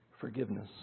forgiveness